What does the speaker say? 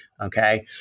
okay